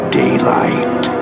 daylight